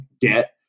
get